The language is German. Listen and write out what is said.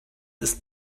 ist